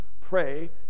pray